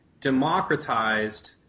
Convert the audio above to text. democratized